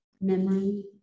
memory